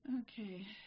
Okay